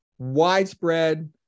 widespread